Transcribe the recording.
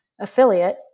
affiliate